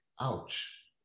Ouch